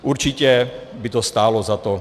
Určitě by to stálo za to.